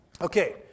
Okay